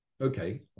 Okay